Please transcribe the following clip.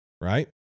Right